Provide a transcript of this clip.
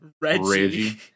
Reggie